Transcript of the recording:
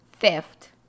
theft